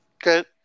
Good